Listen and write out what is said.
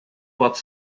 pode